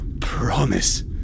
promise